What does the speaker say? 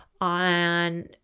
on